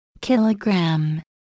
Kilogram